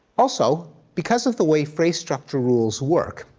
also, because of the way phrase structure rules work,